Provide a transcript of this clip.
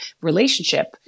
relationship